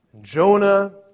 Jonah